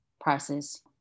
prices